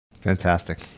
Fantastic